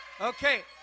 Okay